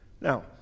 Now